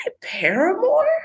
Paramore